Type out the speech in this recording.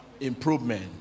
improvement